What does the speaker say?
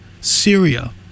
Syria